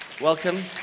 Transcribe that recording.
Welcome